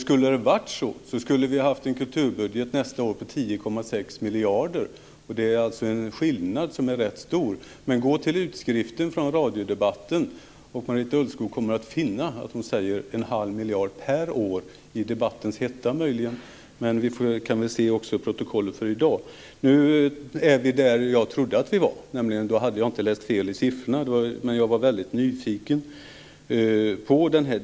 Hade det varit så, hade vi haft en kulturbudget nästa år på 10,6 miljarder. Det är en rätt stor skillnad. Gå till utskriften av radiodebatten. Marita Ulvskog kommer att finna att hon säger en halv miljard per år - möjligen i debattens hetta, men vi kan också se i protokollet för i dag. Nu är vi där jag trodde att vi var. Då hade jag inte läst fel i siffrorna. Jag var nyfiken på den delen.